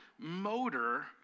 motor